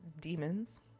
demons